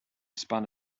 spun